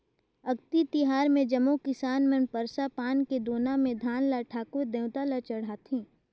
अक्ती तिहार मे जम्मो किसान मन परसा पान के दोना मे धान ल ठाकुर देवता ल चढ़ाथें